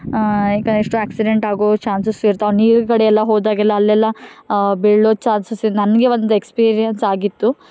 ಈಗ ಎಷ್ಟೋ ಆ್ಯಕ್ಸಿಡೆಂಟ್ ಆಗೋ ಚಾನ್ಸಸ್ ಇರ್ತವೆ ನೀರು ಕಡೆಯೆಲ್ಲ ಹೋದಾಗೆಲ್ಲ ಅಲ್ಲೆಲ್ಲ ಬೀಳೋ ಚಾನ್ಸಸ್ ಇದು ನನಗೆ ಒಂದು ಎಕ್ಸ್ಪೀರಿಯನ್ಸ್ ಆಗಿತ್ತು